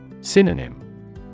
Synonym